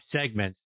segments